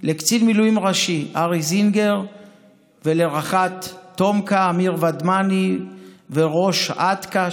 לקצין מילואים ראשי ארי סינגר ולרח"ט תומכ"א אמיר ודמני ולראש עתכ"א,